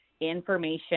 information